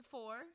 Four